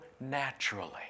naturally